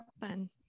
fun